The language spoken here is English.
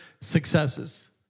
successes